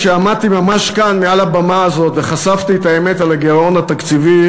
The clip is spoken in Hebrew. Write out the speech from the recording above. כשעמדתי ממש כאן מעל הבמה הזאת וחשפתי את האמת על הגירעון התקציבי,